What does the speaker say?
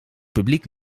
publiek